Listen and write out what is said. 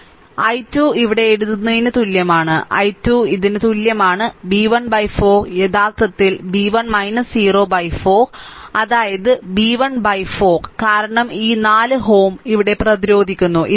അതിനാൽ i 2 ഇവിടെ എഴുതുന്നതിന് തുല്യമാണ് i 2 ഇതിന് തുല്യമാണ് b 1 by 4 യഥാർത്ഥത്തിൽ b 1 0 by 4 അതായത് b 1 by 4 കാരണം ഈ 4 ഓം ഇവിടെ പ്രതിരോധിക്കുന്നു